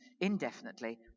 indefinitely